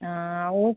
ಹಾಂ ಓ